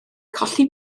colli